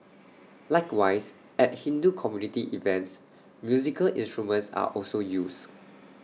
likewise at Hindu community events musical instruments are also used